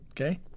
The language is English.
Okay